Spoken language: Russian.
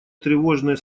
тревожные